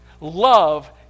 Love